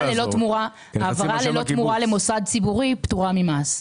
ללא תמורה למוסד ציבורי פטורה ממס.